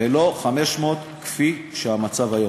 ולא 500 כפי שהמצב היום,